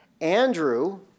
Andrew